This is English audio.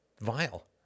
vile